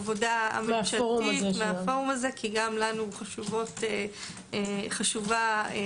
מהעבודה הממשלתית כי גם לנו חשובה העבודה